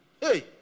hey